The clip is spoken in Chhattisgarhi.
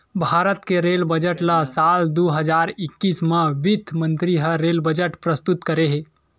भारत के रेल बजट ल साल दू हजार एक्कीस म बित्त मंतरी ह रेल बजट प्रस्तुत करे हे